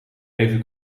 even